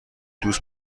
دوست